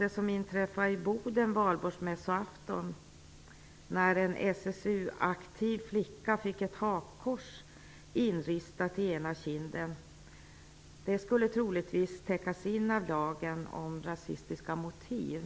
Det som inträffade i Boden på valborgsmässoafton, när en SSU-aktiv flicka fick ett hakkors inristat i ena kinden, skulle troligtvis täckas av den föreslagna lagen om rasistiska motiv.